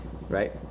right